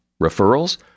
Referrals